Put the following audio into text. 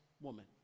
woman